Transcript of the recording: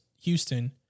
Houston